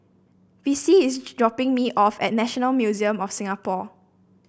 Vicie is dropping me off at National Museum of Singapore